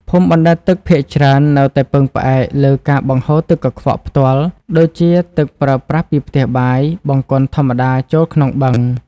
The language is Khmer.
ភូមិបណ្ដែតទឹកភាគច្រើននៅតែពឹងផ្អែកលើការបង្ហូរទឹកកខ្វក់ផ្ទាល់ ដូចជាទឹកប្រើប្រាស់ពីផ្ទះបាយ បង្គន់ធម្មតាចូលក្នុងបឹង។